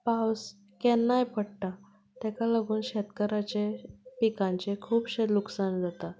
पावस केन्नाय पडटा ताका लागून शेतकाराचें पिकांचें खूबशें लूकसाण जाता